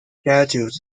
scheduled